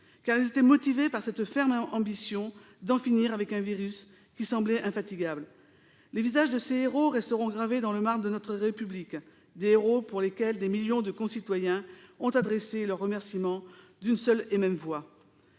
car ils étaient motivés par cette ferme ambition d'en finir avec un virus qui semblait infatigable. Les visages de ces héros resteront gravés dans le marbre de notre République. Des héros auxquels des millions de concitoyens ont adressé leurs remerciements d'une seule et même voix.